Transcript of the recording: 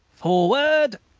forward!